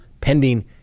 pending